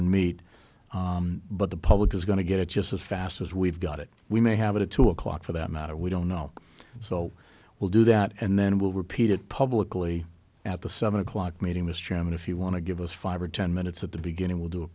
and meet but the public is going to get it just as fast as we've got it we may have it at two o'clock for that matter we don't know so we'll do that and then we'll repeat it publicly at the seven o'clock meeting mr chairman if you want to give us five or ten minutes at the beginning we'll do a